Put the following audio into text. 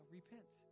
repent